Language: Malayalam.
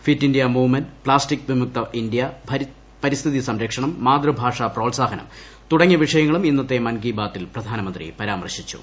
ഫിറ്റ് ഇന്ത്യ മൂവ്മെന്റ പ്ലാസ്റ്റിക് വിമുക്ത ഇന്ത്യ പരിസ്ഥിതി സംരക്ഷണം മാതൃഭാഷ പ്രോത്സാഹനം തുടങ്ങിയ വിഷയങ്ങളും ഇന്നത്തെ മൻ കി ബാത്തിൽ പ്രധാനമന്ത്രി പരാമർശിച്ചു